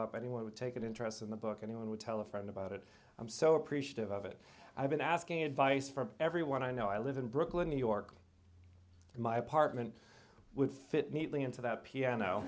up anyone would take an interest in the book anyone would tell a friend about it i'm so appreciative of it i've been asking advice from everyone i know i live in brooklyn new york my apartment would fit neatly into that piano